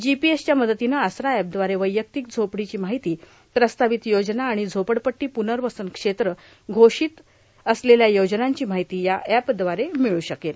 जीपीएसच्या मदतीने आसरा एपद्वारे वैयक्तीक झोपडीची मार्गाहती प्रस्ताावत योजना व झोपडपट्टी पुनवसन क्षेत्र घोषीत असलेल्या योजनांची मार्गाहती या एपद्वारे र्ममळू शकते